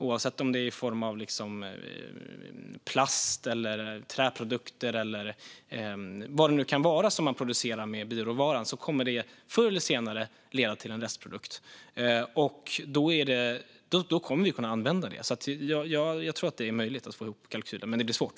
Oavsett om det är i form av plast eller träprodukter eller vad det nu kan vara som man producerar med bioråvaran kommer det förr eller senare att leda till en restprodukt som vi kommer att kunna använda. Jag tror att det är möjligt att få ihop kalkylen, men det blir svårt.